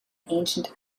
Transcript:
ancient